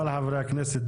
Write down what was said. כל חברי הכנסת,